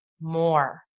more